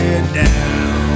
down